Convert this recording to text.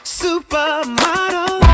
supermodel